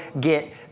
get